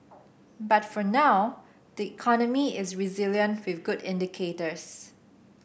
but for now the economy is resilient with good indicators